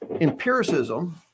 empiricism